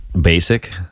Basic